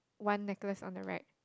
one necklace on the right